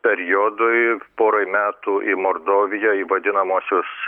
periodui porai metų į mordoviją į vadinamuosius